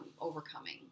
overcoming